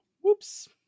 whoops